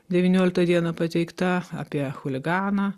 devynioliktą dieną pateikta apie chuliganą